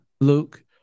Luke